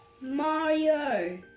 Mario